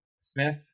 Smith